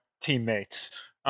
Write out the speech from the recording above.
teammates